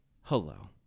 Hello